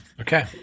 okay